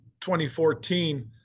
2014